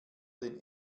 den